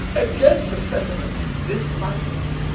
against the settlers this fantasy,